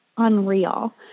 unreal